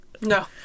No